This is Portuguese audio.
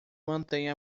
mantém